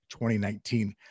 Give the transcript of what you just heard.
2019